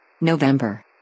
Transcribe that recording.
November